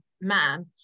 man